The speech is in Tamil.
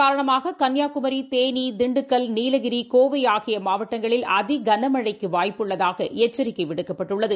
காரணமாககள்னியாகுமரி தேனி திண்டுக்கல் நீலகிரி கோவைஆகியமாவட்டங்களில் இகன் அதிகனமழைக்குவாய்ப்பு உள்ளதாகஎச்சரிக்கைவிடுக்கப்பட்டுள்ளது